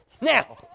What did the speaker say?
Now